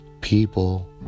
People